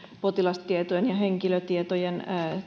potilastietojen ja henkilötietojen